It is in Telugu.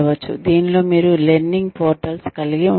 దీనిలో మీరు లెర్నింగ్ పోర్టల్స్ కలిగి ఉండవచ్చు